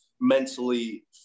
mentally